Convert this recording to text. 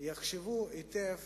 יחשבו היטב